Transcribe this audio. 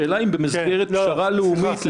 השאלה אם במסגרת פשרה לאומית,